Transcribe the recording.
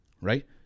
right